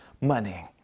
money